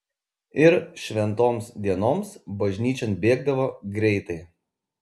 ir šventoms dienoms bažnyčion bėgdavo greitai